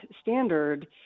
standard